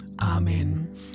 Amen